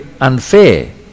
unfair